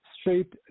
straight